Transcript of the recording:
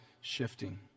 shifting